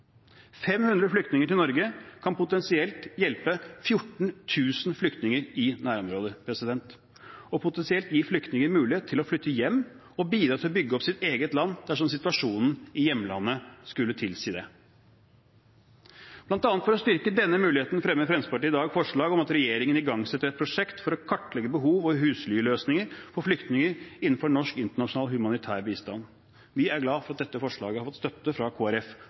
500 flyktninger til Norge kan potensielt hjelpe 14 000 flyktninger i nærområdet, og potensielt gi flyktninger mulighet til å flytte hjem og bidra til å bygge opp sitt eget land dersom situasjonen i hjemlandet skulle tilsi det. Blant annet for å styrke denne muligheten fremmer Fremskrittspartiet i dag forslag om at regjeringen igangsetter et prosjekt for å kartlegge behov og huslyløsninger for flyktninger innenfor norsk internasjonal humanitær bistand. Vi er glad for at dette forslaget har fått støtte fra